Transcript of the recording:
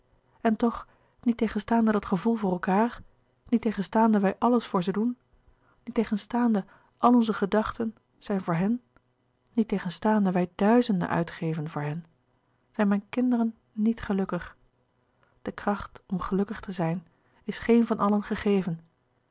en toch niettegenstaande dat gevoel voor elkaâr niettegenstaande wij alles voor ze doen niettegenstaande al onze gedachten zijn voor hen niettegenstaande wij duizenden uitgeven voor hen zijn mijn kinderen niet gelukkig de kracht om gelukkig te zijn is geen van allen gegeven